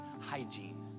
hygiene